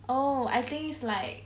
oh I think is like